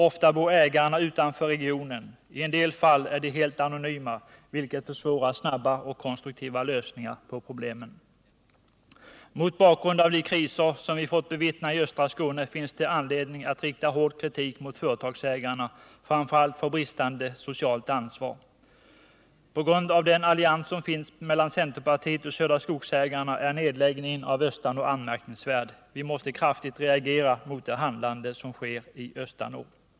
Ofta bor ägarna utanför regionen, och i en del fall är de helt anonyma. Detta försvårar snabba och konstruktiva lösningar av problemen. Mot bakgrunden av de kriser som vi fått bevittna i östra Skåne finns det anledning att rikta hård kritik mot företagsägarna, framför allt för bristande socialt ansvar. På grund av den allians som finns mellan centerpartiet och Södra Skogsägarna är nedläggningen av Östanå anmärkningsvärd. Vi måste kraftigt reagera mot det som sker i Östanå.